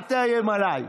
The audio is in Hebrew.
אל תאיים עליי.